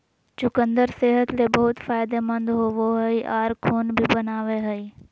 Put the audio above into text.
चुकंदर सेहत ले बहुत फायदेमंद होवो हय आर खून भी बनावय हय